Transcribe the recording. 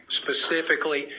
specifically